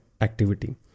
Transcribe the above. activity